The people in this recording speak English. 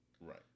Right